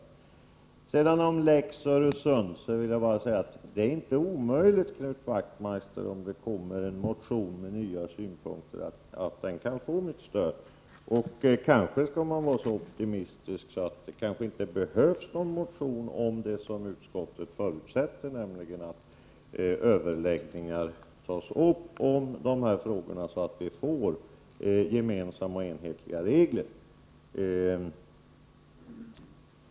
När det gäller lex Öresund vill jag bara säga, Knut Wachtmeister, att det är inte omöjligt att en motion med nya synpunkter kan få mitt stöd. Och kanske skall man vara så optimistisk att man säger, att det inte behövs någon motion när det gäller det som utskottet förutsätter, nämligen att överläggningar skall tas upp om de här frågorna, så att vi får gemensamma och enhetliga regler.